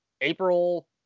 april